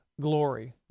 glory